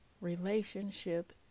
relationship